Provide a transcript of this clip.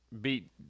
beat